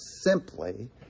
simply